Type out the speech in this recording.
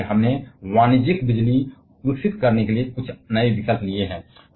और इसलिए हमने वाणिज्यिक बिजली विकसित करने के लिए कुछ नए विकल्प लिए हैं